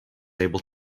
able